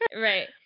Right